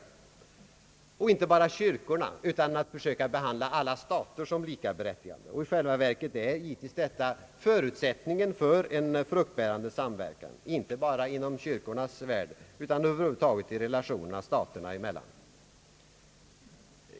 Detta gällde inte bara kyrkorna utan man försökte också behandla alla stater som likaberättigade. Detta är i själva verket förutsättningen för en fruktbärande samverkan inte bara inom kyrkornas värld utan över huvud taget i relationerna staterna emellan.